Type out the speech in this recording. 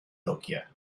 nokia